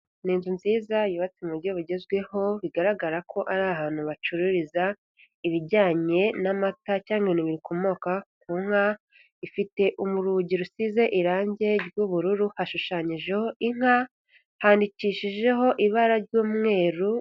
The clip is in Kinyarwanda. Ni inzu nziza yubatse mu b uryo bugezweho, bigaragara ko ari ahantu bacururiza ibijyanye n'amata cya bikomoka ku nka, ifite urugi rusize irangi ry'ubururu, hashushanyijeho inka handikishijeho ibara ry'umweru.